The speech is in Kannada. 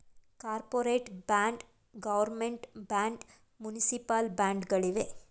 corporate bond, government bond, municipal bond ಗಳಿವೆ